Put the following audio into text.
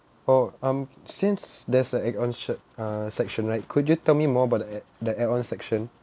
oh um since there's add on sec~ uh section right could you tell me more about the add the add on section